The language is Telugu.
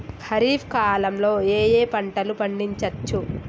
ఖరీఫ్ కాలంలో ఏ ఏ పంటలు పండించచ్చు?